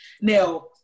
Now